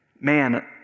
man